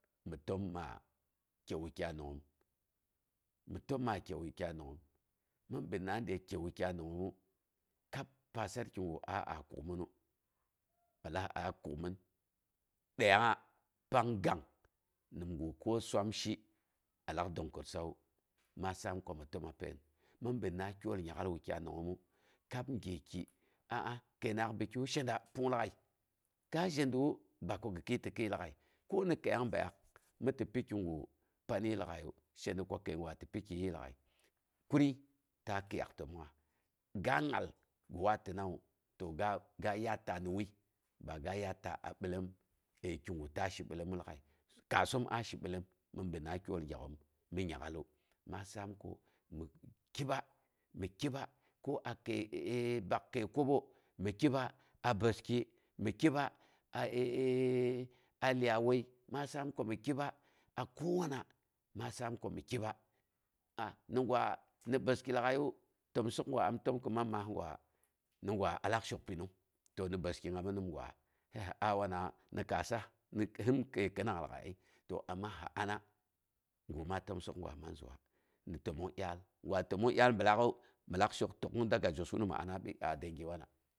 Mi təm ma kye wukyai nangngoom. Mi təm maa kye wukyainangngoom. Mɨn binna de kye wukyai nangoomu, kab pasarkigu a a kukmɨnu a lak a kukmin daiyangngu pang gak nimgu ko swan shi alak gin kəossawu. Ma saam komi eəma pain. Mɨn binna tol nyak'al mi wukyai nangngoom kab gyeki, aa kəinangngaal pi kiwu shede pung lag'ai ga zhediwu ba ko gi kɨita kɨitya lag'ai. Ko ni kəiyong bəiyaak mi ti pi kigu pan yii lag'aiyu, sheda ko kəi gwa ti pi ki yiiya lag'ai. Kurii ta kɨiyak tənongngas. Ga ngal gi waatinawu to, ga yaata ni wui, ba ga yaatta a bilom kigu ta shibilomu lag'ai, kaasoom a shi bilom mɨn binna tol gyak'oom mi nyak'alu, ma saam ko mi kiba, mi kiba ko a kin bak kəi kobo. Mi kiba a bəski, mi kiba a a iyai wai, maa saam komi kiba a kowama ma saam komi kiba. Ni gwa ni bəski lag'aiyu, təm suk gwa am təmka man maas gwa, ni gwa alak shok pinung. To ni bəski ami nimgwa. nya si aa wanawa ni kaasas hin kəi kɨnang lag'ai ai, to amma sɨ ana təmong sok gwa ma təm sok gwa man zɨwa ni təmong dyaal gwa təmong dyaal pang bilaak'u, nim gwa minlak tək'ung jos mi ana a dengi wana.